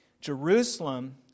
Jerusalem